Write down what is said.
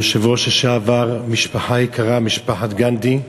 היושב-ראש לשעבר, משפחה יקרה, משפחת גנדי,